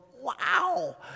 Wow